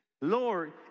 Lord